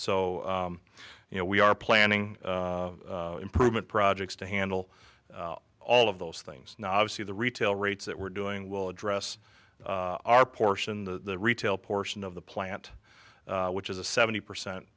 so you know we are planning improvement projects to handle all of those things now obviously the retail rates that we're doing will address our portion the retail portion of the plant which is a seventy percent